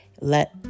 let